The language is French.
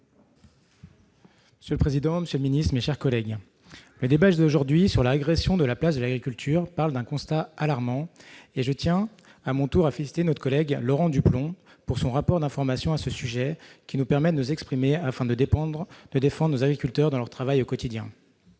Monsieur le président, monsieur le ministre, mes chers collègues, le débat d'aujourd'hui sur la régression de la place de notre agriculture part d'un constat alarmant. Je tiens à mon tour à féliciter notre collègue Laurent Duplomb pour son rapport d'information sur ce sujet, qui nous permet de nous exprimer afin de défendre nos agriculteurs dans leur travail au quotidien.